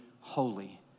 holy